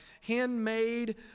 handmade